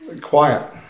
Quiet